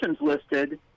listed